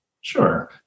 Sure